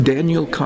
Daniel